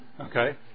Okay